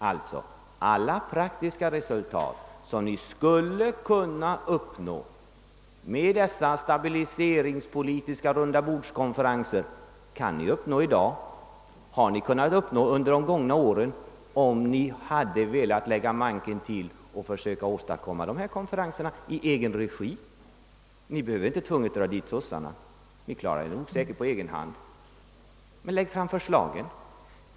Alla praktiska resultat, som ni skulle kunna uppnå med dessa »stabiliseringspolitiska rundabordskonferenser», kan ni alltså uppnå i dag, och ni har kunnat uppnå dem under de gångna åren, om ni hade velat lägga manken till och försöka åstadkomma dessa konferenser i egen regi. Ni behöver inte nödvändigtvis dra dit sossarna; ni klarar er säkert bra på egen hand. Men lägg fram förslagen!